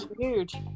huge